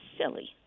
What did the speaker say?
silly